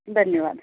धन्यवाद